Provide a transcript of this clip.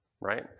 right